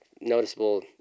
Noticeable